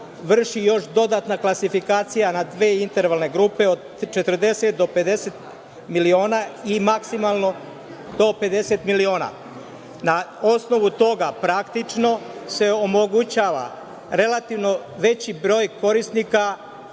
vrši još dodatna klasifikacija na dve intervalne grupe, od 40 do 50 miliona i maksimalno po 50 miliona. Na osnovu toga praktično se omogućava relativno veći broj korisnika